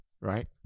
right